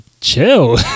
chill